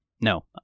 no